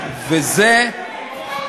איך אתה מדבר?